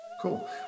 Cool